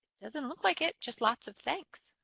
doesn't look like it. just lots of thanks.